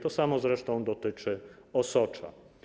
To samo zresztą dotyczy osocza.